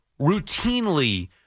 routinely